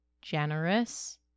Generous